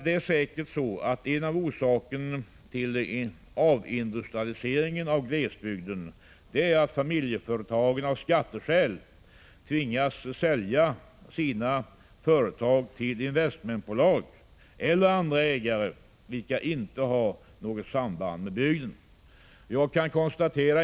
Det är säkert så, att en av orsakerna till avindustrialiseringen av glesbygden är att familjeföretagen av skatteskäl tvingas sälja sina företag till investmentbolag eller andra ägare vilka inte har något samband med bygden.